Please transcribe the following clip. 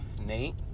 Nate